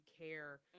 care